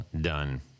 done